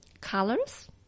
colors